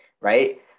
Right